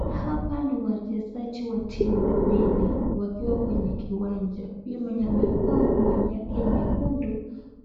Hapa ni wachesaji wa timu mbili wakiwa wako Kwa kiwanja huyo mwenye amefaa nguo yake nyekundu